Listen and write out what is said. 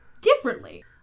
differently